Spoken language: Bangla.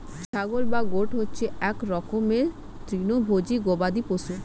ছাগল বা গোট হচ্ছে এক রকমের তৃণভোজী গবাদি পশু